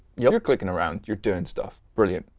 you're you're clicking around. you're doing stuff. brilliant.